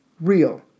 real